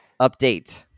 update